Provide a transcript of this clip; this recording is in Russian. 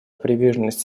приверженность